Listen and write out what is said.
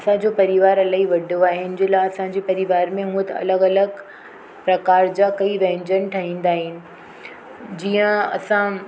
असांजो परिवार इलाही वॾो आहे हिनजे लाइ असांजी परिवार में हूअं त अलॻि अलॻि प्रकार जा कई व्यंजन ठाहींदा आहिनि जीअं असां